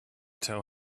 tell